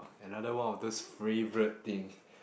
another one of those favourite thing